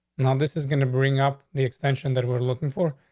now, this is going to bring up the extension that we're looking for.